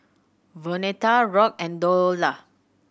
Vonetta Rock and Dorla